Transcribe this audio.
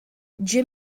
jim